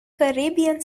caribbean